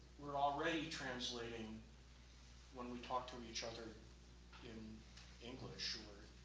we're already translating when we talk to each other in english or